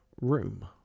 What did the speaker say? room